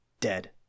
Dead